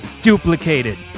duplicated